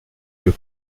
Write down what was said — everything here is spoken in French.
yeux